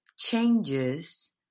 Changes